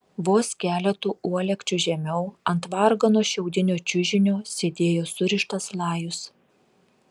vos keletu uolekčių žemiau ant vargano šiaudinio čiužinio sėdėjo surištas lajus